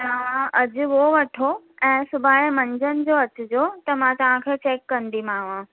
तव्हां अॼु वो वठो ऐं सुभाणे मंझंनि जो अचिजो त मां तव्हांखे चैक कंदीमांव